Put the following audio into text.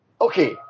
Okay